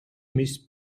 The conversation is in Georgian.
მის